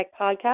Podcast